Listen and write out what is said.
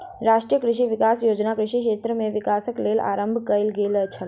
राष्ट्रीय कृषि विकास योजना कृषि क्षेत्र में विकासक लेल आरम्भ कयल गेल छल